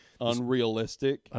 Unrealistic